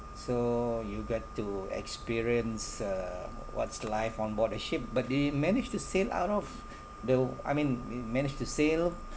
so you get to experience uh what's life on board a ship but do you manage to sail out of the I mean manage to sail